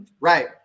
Right